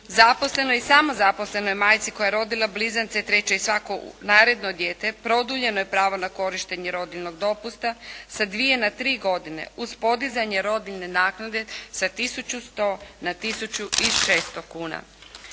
Zaposlenoj i samo zaposlenoj majci koja je rodila blizance, treće i svako naredno dijete produljeno je pravo na korištenje rodiljnog dopusta sa dvije na tri godine uz podizanje rodiljne naknade sa 1100 na 1600 kuna.